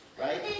right